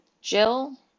Jill